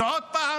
עוד פעם,